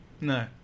No